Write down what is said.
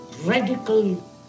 radical